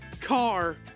car